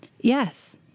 Yes